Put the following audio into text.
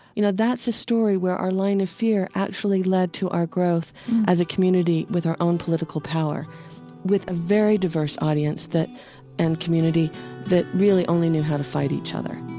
you know, that's a story where our line of fear actually led to our growth as a community with our own political power with a very diverse audience and community that really only knew how to fight each other